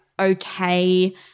okay